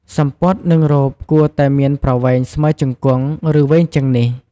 សំពត់ និង រ៉ូបគួរតែមានប្រវែងស្មើជង្គង់ ឬ វែងជាងនេះ។